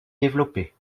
développés